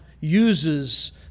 uses